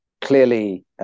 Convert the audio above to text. clearly